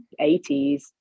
80s